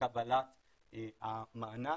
לקבלת המענק.